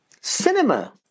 Cinema